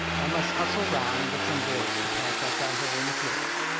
i must hustle round and get some boards to patch up that hole in the floor.